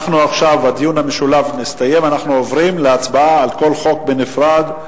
הדיון המשולב הסתיים ואנחנו עוברים להצבעה על כל חוק בנפרד.